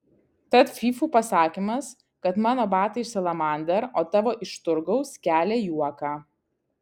tad fyfų pasakymas kad mano batai iš salamander o tavo iš turgaus kelia juoką